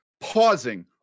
pausing